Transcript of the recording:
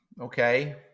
Okay